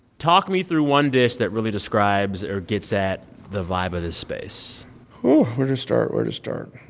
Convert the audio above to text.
talk me through one dish that really describes or gets at the vibe of this space oh, where to start, where to start?